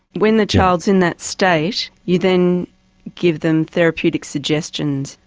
when the child is in that state you then give them therapeutic suggestions.